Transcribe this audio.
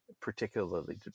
particularly